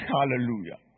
Hallelujah